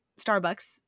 Starbucks